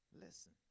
Listen